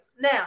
now